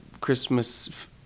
Christmas